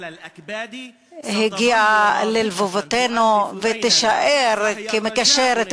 היא הגיעה ללבבותינו ותישאר כמקשרת